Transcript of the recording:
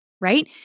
right